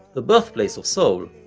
the birthplace of soul,